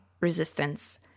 resistance